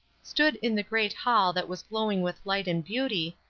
stood in the great hall that was glowing with light and beauty,